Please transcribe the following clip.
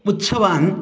उत्सवान्